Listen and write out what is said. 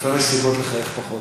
לפעמים יש סיבות לחייך פחות.